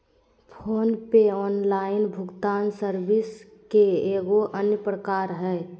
phone पे online भुगतान service के एगो अन्य प्रकार हय